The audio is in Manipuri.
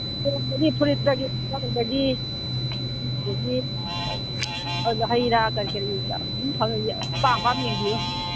ꯐꯨꯔꯤꯠꯇꯒꯤ ꯈꯪꯒꯥꯎꯗꯒꯤ ꯑꯗꯒꯤ ꯍꯩꯔꯥ ꯀꯔꯤ ꯀꯔꯤ ꯑꯗꯨꯝ ꯐꯪꯉꯦ ꯑꯄꯥꯝ ꯑꯄꯥꯝ ꯌꯦꯡꯕꯤꯌꯨ